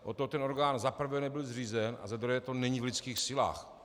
Od toho ten orgán za prvé nebyl zřízen a za druhé to není v lidských silách.